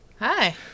Hi